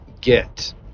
get